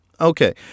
Okay